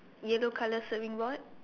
yellow colour serving board